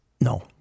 No